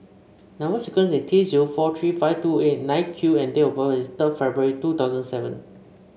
number sequence is T zero four three five two eight nine Q and date of birth is third February two thousand seven